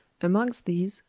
amongst these,